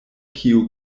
kiu